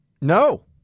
No